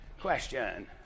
question